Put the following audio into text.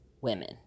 women